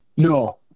No